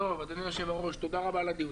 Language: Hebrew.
אדוני היושב-ראש, תודה רבה על הדיון.